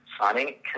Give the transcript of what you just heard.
signing